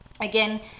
Again